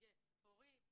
כנציגי הורים.